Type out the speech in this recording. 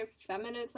feminism